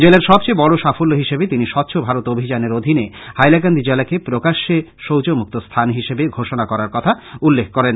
জেলার সবচেয়ে বড় সাফল্য হিসেবে তিনি স্বচ্ছ ভারত অভিযানের অধীনে হাইলাকান্দি জেলাকে প্রকাশ্য শৌচ মুক্ত স্থান হিসেবে ঘোষণা করার কথা উল্লেখ করেন